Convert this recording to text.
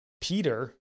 Peter